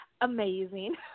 Amazing